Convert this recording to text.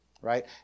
right